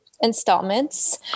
installments